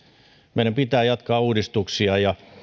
meidän pitää jatkaa uudistuksia ja